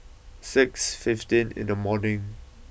six fifteen in the morning